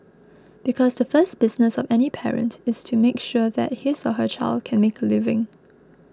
because the first business of any parent is to make sure that his or her child can make a living